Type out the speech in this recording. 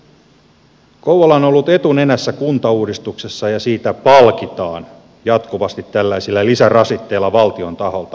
kouvola on ollut etunenässä kuntauudistuksessa ja siitä palkitaan jatkuvasti tällaisilla lisärasitteilla valtion taholta